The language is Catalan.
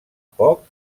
poc